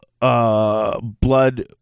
blood